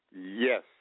yes